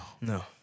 no